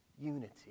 unity